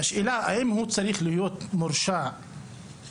והשאלה האם הוא צריך להיות מורשע בחוק,